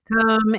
come